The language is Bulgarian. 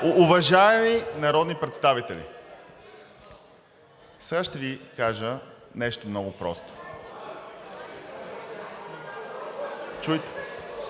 Уважаеми народни представители, сега ще Ви кажа нещо много просто. (Шум